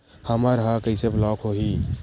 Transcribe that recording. हमर ह कइसे ब्लॉक होही?